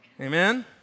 Amen